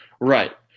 Right